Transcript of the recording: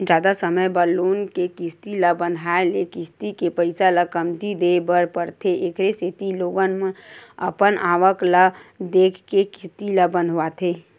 जादा समे बर लोन के किस्ती ल बंधाए ले किस्ती के पइसा ल कमती देय बर परथे एखरे सेती लोगन अपन आवक ल देखके किस्ती ल बंधवाथे